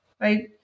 right